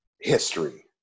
history